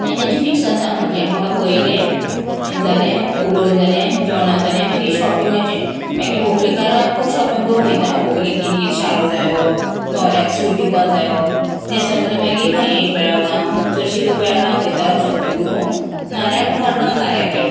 हें तेंची फिक्स जाता एकमेका पळयलें हें जालें उलोवणें जालें जेवणा जालें मागीर शॉपिंगाचें मागीर व्हंकलेकारां आपूण शॉपिंग करूंक वयता व्हंकलेक कितें कितें शालू जायो न्होऱ्याक सूट दिवपा जायो तें सगलें मागीर खंय एक बेळगांव चडशीं लोक बेळगांव वयता शॉपिंग करूंक ना जाल्यार मडगांव काऱ्यागेर